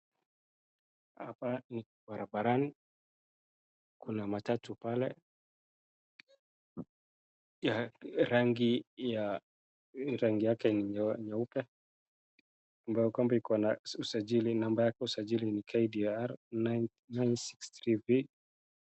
Hapa ni barabarani Kuna matatu pale rangi ya rangi yake ni nyeupe namba yake ya usajili ni KDR 963B